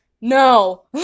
no